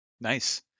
Nice